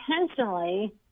intentionally